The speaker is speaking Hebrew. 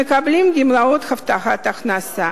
שמקבלים גמלאות הבטחת הכנסה.